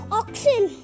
oxen